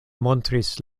montris